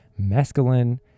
mescaline